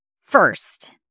First